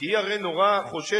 כי היא הרי נורא חוששת,